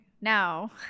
now